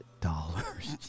dollars